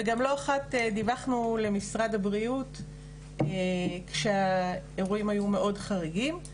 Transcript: וגם לא אחת דיווחנו למשרד הבריאות כשהאירועים היו מאוד חריגים.